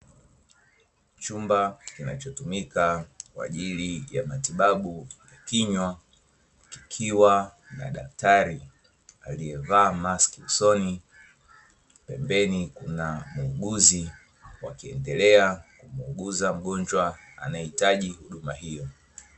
Chumba kinachotumika kwa ajili ya matibabu ya kinywa, kikiwa na daktari alievaa maski usoni. Pembeni kuna muuguzi wakiendelea kumuuguza mgonjwa anaehitaji huduma hiyo.